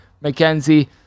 Mackenzie